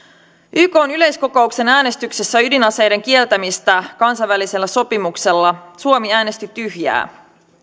ykn yleiskokouksen äänestyksessä ydinaseiden kieltämisestä kansainvälisellä sopimuksella suomi äänesti tyhjää